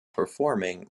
performing